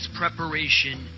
preparation